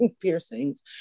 piercings